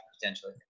potentially